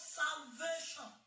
salvation